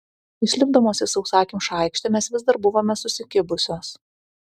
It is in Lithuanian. išlipdamos į sausakimšą aikštę mes vis dar buvome susikibusios